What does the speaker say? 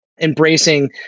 embracing